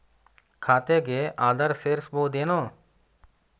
ಖಾತೆಗೆ ಆಧಾರ್ ಸೇರಿಸಬಹುದೇನೂ?